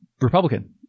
Republican